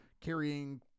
carrying